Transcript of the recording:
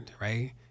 right